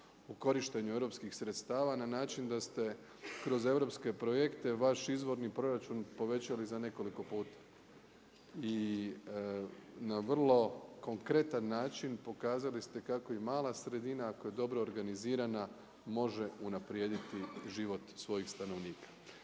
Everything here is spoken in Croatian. u korištenju europskih sredstava, na način da ste kroz europske projekte vaš izvorni proračun povećali za nekoliko puta. I na vrlo konkretan način pokazali ste kako i mala sredina, ako je dobro organizirana može unaprijediti život svojih stanovnika.